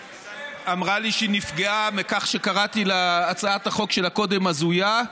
שאמרה לי שהיא נפגעה מכך שקראתי להצעת החוק שלה קודם הזויה.